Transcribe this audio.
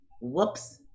Whoops